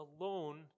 alone